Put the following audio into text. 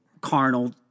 carnal